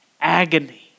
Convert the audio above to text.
agony